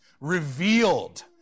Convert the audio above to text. revealed